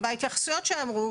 בהתייחסויות שאמרו,